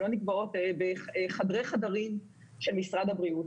הן לא נקבעות בחדרי חדרים של משרד הבריאות.